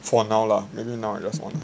for now lah maybe now I just want